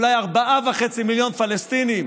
אולי 4.5 מיליון פלסטינים,